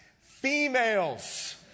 females